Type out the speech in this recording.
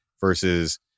versus